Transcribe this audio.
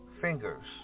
fingers